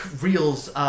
reels